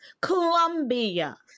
Colombia